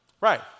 Right